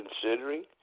considering